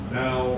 now